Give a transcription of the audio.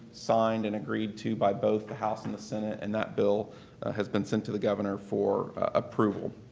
signed and agreed to by both the house and the senate and that bill has been sent to the governor for approval.